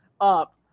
up